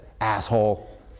asshole